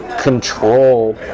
control